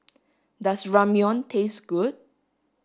does Ramyeon taste good